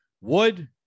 wood